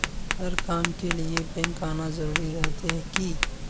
हर काम के लिए बैंक आना जरूरी रहते की?